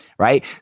right